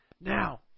Now